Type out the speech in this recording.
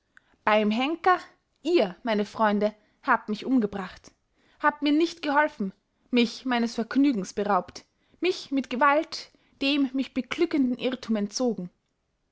beym henker ihr meine freunde habt mich umgebracht habt mir nicht geholfen mich meines vergnügens beraubt mich mit gewalt dem mich beglückenden irrthum entzogen